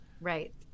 Right